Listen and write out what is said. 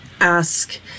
ask